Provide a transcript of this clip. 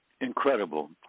incredible